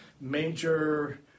major